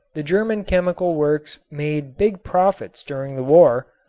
the german chemical works made big profits during the war,